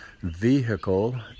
vehicle